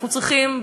אנחנו צריכים,